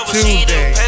Tuesday